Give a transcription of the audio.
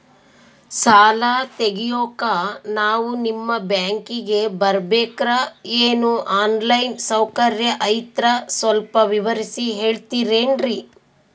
ಸಾಲ ತೆಗಿಯೋಕಾ ನಾವು ನಿಮ್ಮ ಬ್ಯಾಂಕಿಗೆ ಬರಬೇಕ್ರ ಏನು ಆನ್ ಲೈನ್ ಸೌಕರ್ಯ ಐತ್ರ ಸ್ವಲ್ಪ ವಿವರಿಸಿ ಹೇಳ್ತಿರೆನ್ರಿ?